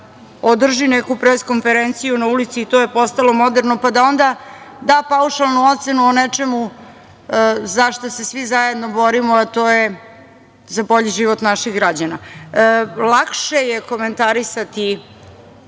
održi neku pres konferenciju na ulici, i to je postalo moderno, pa da onda da paušalnu ocenu o nečemu za šta se svi zajedno borimo, a to je za bolji život naših građana. Lakše je komentarisati